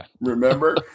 remember